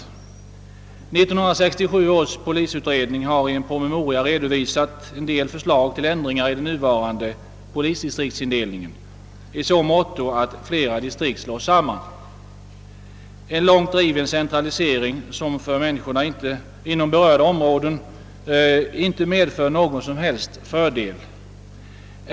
1967 års polisutredning har i en promemoria redovisat en del förslag till ändringar i den nuvarande polisdistriktsindelningen i så måtto att flera distrikt slås samman, en långt driven centralisering, som för människorna inom berörda områden inte medför någon som helst fördel.